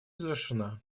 завершена